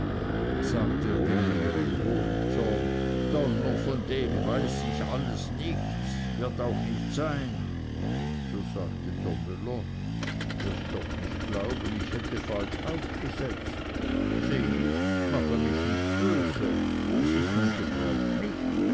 sagt er dem müller in hohem zorn donner von dem allem weiß ich nichts wird auch nicht sein so sagt der müller wirst doch nicht glauben ich hätte falsch aufgesetzt sieh mache mich nicht böse das ist mein gebrauch nicht